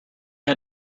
had